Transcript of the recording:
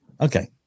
Okay